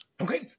Okay